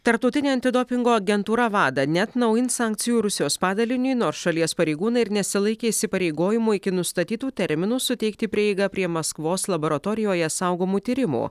tarptautinė antidopingo agentūra wada neatnaujins sankcijų rusijos padaliniui nors šalies pareigūnai ir nesilaikė įsipareigojimų iki nustatytų terminų suteikti prieigą prie maskvos laboratorijoje saugomų tyrimų